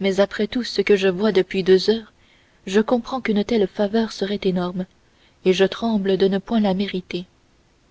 mais après tout ce que je vois depuis deux heures je comprends qu'une telle faveur serait énorme et je tremble de ne point la mériter